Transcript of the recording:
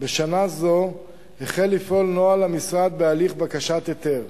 בשנה זו החל לפעול נוהל המשרד בהליך בקשת היתר.